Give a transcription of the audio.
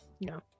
No